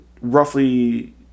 roughly